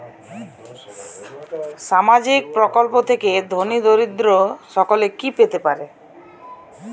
সামাজিক প্রকল্প থেকে ধনী দরিদ্র সকলে কি পেতে পারে?